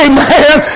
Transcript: Amen